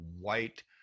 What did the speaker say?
white